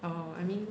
err I mean